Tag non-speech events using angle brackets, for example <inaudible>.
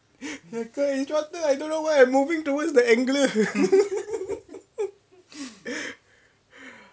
I can't instructor I don't know why I'm moving towards the angler <laughs>